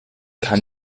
kann